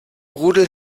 rudel